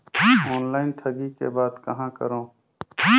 Online ठगी के बाद कहां करों?